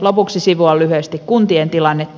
lopuksi sivuan lyhyesti kuntien tilannetta